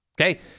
Okay